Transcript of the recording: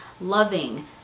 loving